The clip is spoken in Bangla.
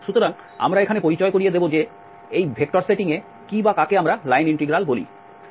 সুতরাং আমরা এখানে পরিচয় করিয়ে দেব যে এই ভেক্টর সেটিংয়ে কি বা কাকে আমরা লাইন ইন্টিগ্রাল বলি